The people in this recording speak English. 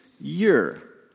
year